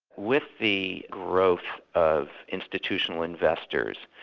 with the growth of institutional investors,